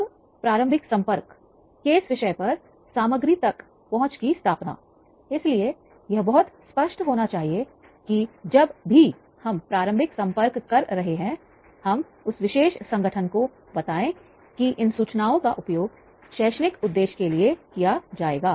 अब प्रारंभिक संपर्क केस विषय पर सामग्री तक पहुंच की स्थापना इसीलिए यह बहुत स्पष्ट होना चाहिए कि जब भी हम प्रारंभिक संपर्क कर रहे हैं हम उस विशेष संगठन को बताएं कि इन सूचनाओं का उपयोग शैक्षणिक उद्देश्य के लिए किया जाएगा